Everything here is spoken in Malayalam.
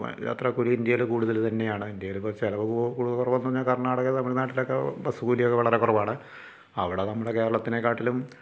യാത്ര കൂലി ഇൻഡ്യയിൽ കൂടുതൽ തന്നെയാണ് ഇൻഡ്യയിലിപ്പം ചിലവ് കൂട് കുറവെന്നു പറഞ്ഞാൽ കർണ്ണാടക തമിഴ്നാട്ടിലൊക്കെ ബസ്സ് കൂലി വളരെ കുറവാണ് അവിടെ നമ്മുടെ കേരളത്തിനെക്കാട്ടിലും